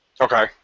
okay